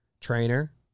trainer